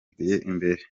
imbere